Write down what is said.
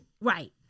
Right